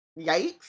yikes